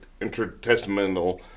intertestamental